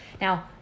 now